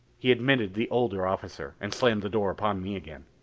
he admitted the older officer and slammed the door upon me again.